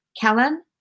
Kellen